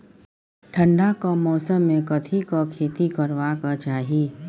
ठंडाक मौसम मे कथिक खेती करबाक चाही?